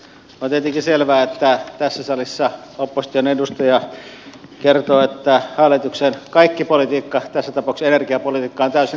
on tietenkin selvää että tässä salissa opposition edustaja kertoo että hallituksen kaikki politiikka tässä tapauksessa energiapolitiikka on täysin epäonnistunutta